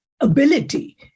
ability